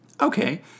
Okay